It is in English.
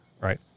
right